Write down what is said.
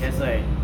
that's why